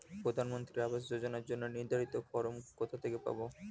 প্রধানমন্ত্রী আবাস যোজনার জন্য নির্ধারিত ফরম কোথা থেকে পাব?